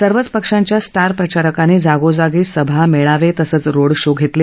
सर्वच पक्षांच्या स्टार प्रचारकांनी जागोजागी सभा मेळावे तसंच रोड शो घेतले